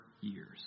years